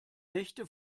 nächte